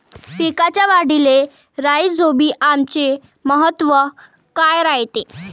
पिकाच्या वाढीले राईझोबीआमचे महत्व काय रायते?